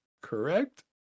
correct